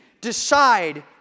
decide